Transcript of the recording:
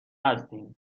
هستیم